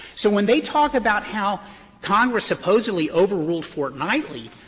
so when they talk about how congress supposedly overruled fortnightly,